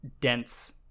dense